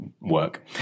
work